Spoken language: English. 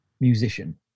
musician